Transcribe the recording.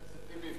חבר הכנסת טיבי,